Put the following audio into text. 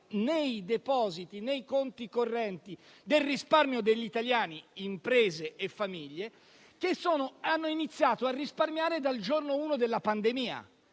nei depositi e nei conti correnti del risparmio degli italiani (imprese e famiglie) che hanno iniziato a risparmiare dal primo giorno della pandemia.